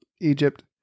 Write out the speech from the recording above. Egypt